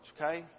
okay